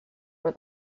were